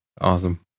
Awesome